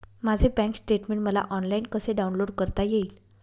माझे bank statement मला online कसे डाउनलोड करता येईल?